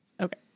Okay